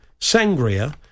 sangria